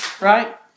Right